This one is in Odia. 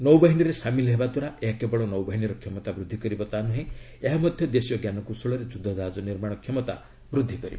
ନୌବାହିନୀରେ ସାମିଲ ହେବା ଦ୍ୱାରା ଏହା କେବଳ ନୌବାହିନୀର କ୍ଷମତା ବୃଦ୍ଧି କରିବ ତା'ନୁହେଁ ଏହା ମଧ୍ୟ ଦେଶୀୟ ଜ୍ଞାନକୌଶଳରେ ଯୁଦ୍ଧ ଜାହାଜ ନିର୍ମାଣ କ୍ଷମତା ବୃଦ୍ଧି କରିବ